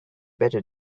better